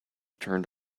turned